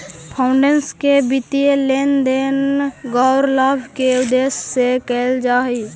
foundation के वित्तीय लेन देन गैर लाभ के उद्देश्य से कईल जा हई